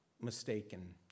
mistaken